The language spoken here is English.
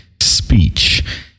speech